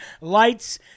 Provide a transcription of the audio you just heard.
lights